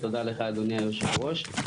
ותודה לך אדוני יושב הראש.